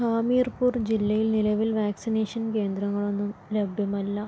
ഹാമിർപൂർ ജില്ലയിൽ നിലവിൽ വാക്സിനേഷൻ കേന്ദ്രങ്ങളൊന്നും ലഭ്യമല്ല